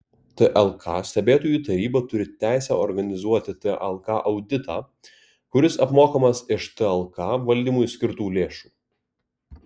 tlk stebėtojų taryba turi teisę organizuoti tlk auditą kuris apmokamas iš tlk valdymui skirtų lėšų